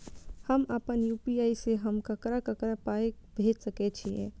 हम आपन यू.पी.आई से हम ककरा ककरा पाय भेज सकै छीयै?